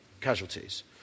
casualties